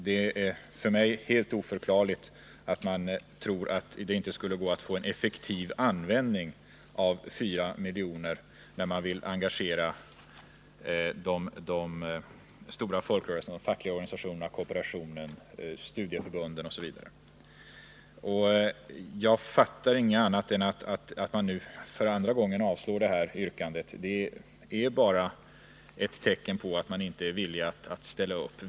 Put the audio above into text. Det är för mig helt obegripligt att man kan tro att det inte skulle gå att få en effektiv användning av 4 milj.kr. när man vill engagera de stora folkrörelserna, dvs. de fackliga organisationerna, kooperationen, studieförbunden m.fl. Att utskottet för andra gången avstyrker detta yrkande kan jag inte uppfatta som något annat än ett tecken på att utskottsmajoriteten inte är villig att ställa upp.